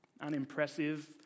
unimpressive